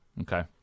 Okay